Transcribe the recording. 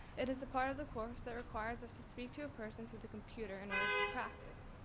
it is a part of the course that requires us to speak to a person through the computer in order to practice.